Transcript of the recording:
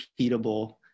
repeatable